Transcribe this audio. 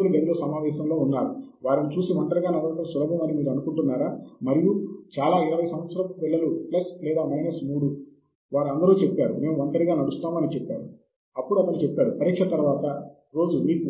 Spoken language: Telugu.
వికీపీడియాలో రిఫరెన్స్ మేనేజర్ల సాఫ్ట్వేర్ గురించి చాలా మంచి